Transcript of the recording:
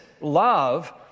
love